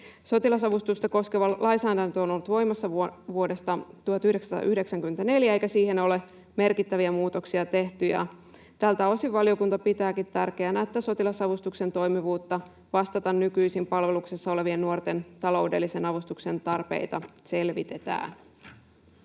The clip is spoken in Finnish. Sotilasavustusta koskeva lainsäädäntö on ollut voimassa vuodesta 1994, eikä siihen ole merkittäviä muutoksia tehty. Ja tältä osin valiokunta pitääkin tärkeänä, että sotilasavustuksen toimivuutta vastata nykyisin palveluksessa olevien nuorten taloudellisen avustuksen tarpeita selvitetään.